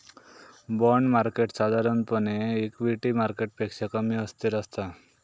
bond market साधारणपणे equity मार्केटपेक्षा कमी अस्थिर असता